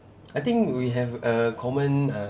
I think we have a common uh